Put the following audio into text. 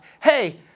hey